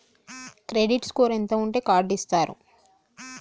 Credit score ఎంత ఉంటే card ఇస్తారు?